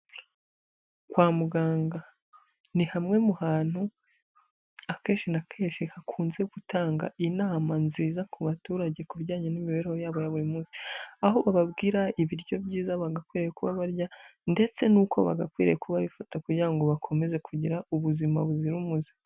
Kwa muganga, ni hamwe mu hantu akenshi na kenshi hakunze gutanga inama nziza ku baturage ku bijyanye n'imibereho yabo ya buri munsi, aho bababwira ibiryo byiza bagakwiye kuba barya ndetse n'uko bagakwiye kuba babifata kugira ngo bakomeze kugira ubuzima buzira umuze.